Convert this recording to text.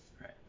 Right